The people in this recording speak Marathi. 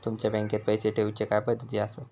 तुमच्या बँकेत पैसे ठेऊचे काय पद्धती आसत?